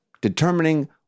Determining